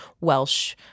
Welsh